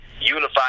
unified